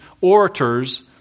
orators